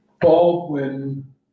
Baldwin